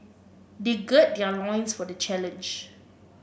they gird their loins for the challenge